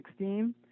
2016